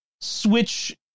switch